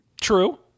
True